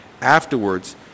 Afterwards